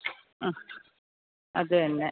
ആ അത് തന്നെ ആ